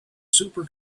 super